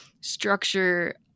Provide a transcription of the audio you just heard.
structure